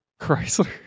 Chrysler